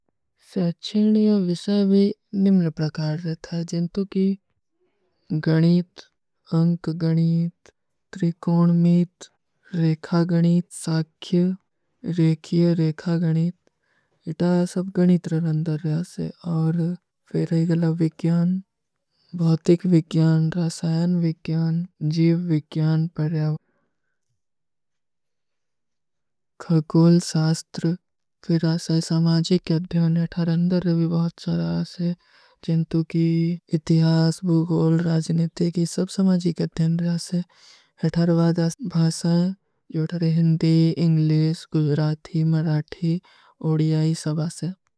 ସେଚ୍ଛିନ୍ଡିଯୋ ଵିଶାଯ ଭୀ ନିମ୍ରପ୍ରକାର ରହତା ହୈ, ଜିନ୍ଟୁ କୀ ଗଣୀତ, ଅଂକଗଣୀତ। ତ୍ରିକୋଣମୀତ, ରେଖାଗଣୀତ, ସାକ୍ଖ୍ଯ, ରେଖିଯରେଖାଗଣୀତ ଇତା ସବ ଗଣୀତର ରହତା ହୈ, ଔର ଫିର ଇଗଲା ଵିକ୍ଯାନ, ଭୌତିକ ଵିକ୍ଯାନ, ରାସାଯନ ଵିକ୍ଯାନ, ଜୀଵ ଵିକ୍ଯାନ ପଢିଯାଵ ଖଲକୋଲ ସାସ୍ତ୍ର। ଫିର ରାସାଯ ସମାଜୀ କେ ଦ୍ଭିଯୋଂ, ଇତାର ଅଂଦର ଭୀ ବହୁତ ସବ ରହତା ହୈ, ଜିଂଟୁ କୀ ଇତିହାସ, ବୁଗୋଲ, ରାଜନିତ୍ତେ କୀ ସବ ସମାଜୀ କେ ଦ୍ଭିଯୋଂ ରହା ହୈ, ହୈ ଥାରଵାଦାସ ଭାସ, ଯୋଥାର ହିଂଦୀ, ଇଂଗ୍ଲେସ, ଗୁଜରାଥୀ, ମରାଥୀ, ଓଡିଯାଈ ସଭାସ।